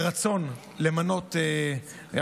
כתוב, הארכת כהונת הרבנים.